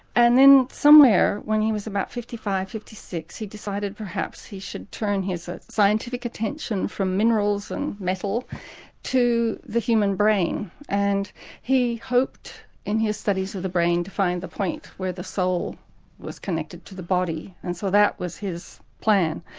and then somewhere, when he was about fifty five, fifty six, he decided perhaps he should turn his ah scientific attention from minerals and metal to the human brain. and he hoped in his studies of the brain, to find the point where the soul was connected to the body, and so that was his plan.